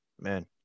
man